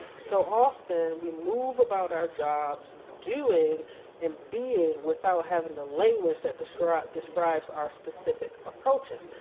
so often we move about our jobs, doing and being without having the language that describes describes our specific approaches.